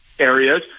areas